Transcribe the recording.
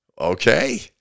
Okay